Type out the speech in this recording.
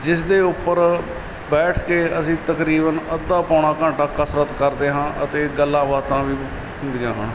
ਜਿਸ ਦੇ ਉੱਪਰ ਬੈਠ ਕੇ ਅਸੀਂ ਤਕਰੀਬਨ ਅੱਧਾ ਪੌਣਾ ਘੰਟਾ ਕਸਰਤ ਕਰਦੇ ਹਾਂ ਅਤੇ ਗੱਲਾਂ ਬਾਤਾਂ ਵੀ ਹੁੰਦੀਆਂ ਹਨ